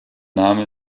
name